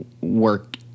work